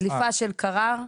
דליפה של קרר,